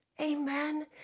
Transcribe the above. Amen